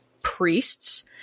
priests